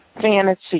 Fantasy